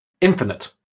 Infinite